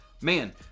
Man